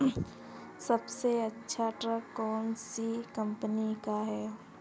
सबसे अच्छा ट्रैक्टर कौन सी कम्पनी का है?